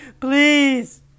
please